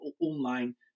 online